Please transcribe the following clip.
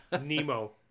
Nemo